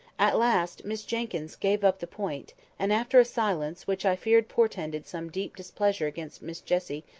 at last miss jenkyns gave up the point and after a silence, which i feared portended some deep displeasure against miss jessie,